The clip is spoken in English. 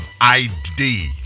id